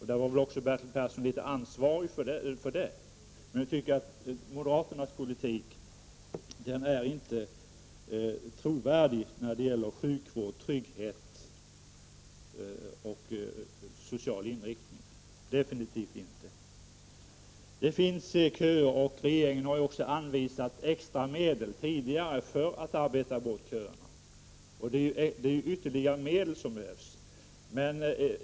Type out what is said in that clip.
Även Bertil Persson har väl ett visst ansvar för detta. Moderaternas politik är definitivt inte trovärdig när det gäller sjukvård, trygghet och andra sociala frågor. Det finns köer, och regeringen har tidigare anvisat extra medel för att få bort köerna. Det är ju ytterligare medel som behövs.